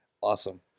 Awesome